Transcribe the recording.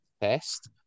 test